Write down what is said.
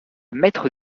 mètres